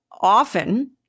often